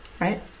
right